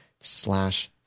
slash